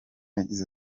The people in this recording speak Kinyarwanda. yagize